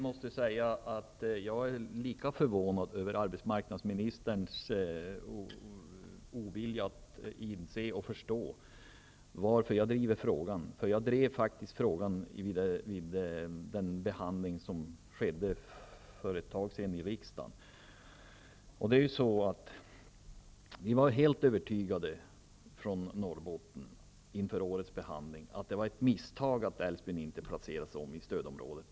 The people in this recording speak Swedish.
Herr talman! Jag är lika förvånad över arbetsmarknadsministerns ovilja att inse och förstå varför jag driver den här frågan. Jag drev den faktiskt vid den behandling som ägde rum för ett tag sedan i riksdagen. Inför årets behandling var vi från Norrbotten helt övertygade om att det var ett misstag att Älvsbyn inte placerades om i stödområde.